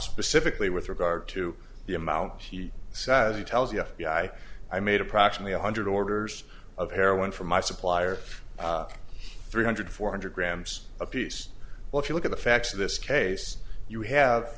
specifically with regard to the amount he says he tells the f b i i made approximately one hundred orders of heroin from my supplier three hundred four hundred grams apiece well if you look at the facts of this case you have